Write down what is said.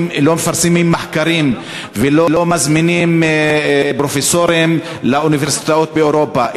מחקרים ולא מזמינים פרופסורים לאוניברסיטאות באירופה.